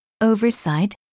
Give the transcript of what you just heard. Oversight